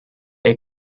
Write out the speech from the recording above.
air